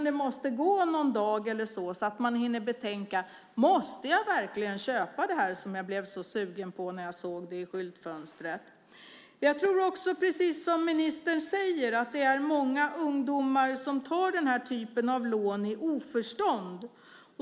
Det måste gå någon dag eller så, så att man hinner tänka: Måste jag verkligen köpa det här som jag blev så sugen på när jag såg det i skyltfönstret? Jag tror också, precis som ministern säger, att det är många ungdomar som tar den här typen av lån i oförstånd.